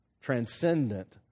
transcendent